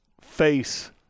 face